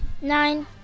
Nine